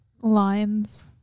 lines